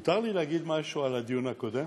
מותר לי להגיד משהו על הדיון הקודם?